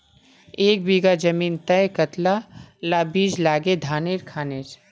एक बीघा जमीन तय कतला ला बीज लागे धानेर खानेर?